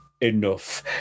enough